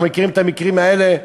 אנחנו מכירים את המקרים האלה,